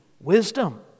wisdom